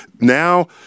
now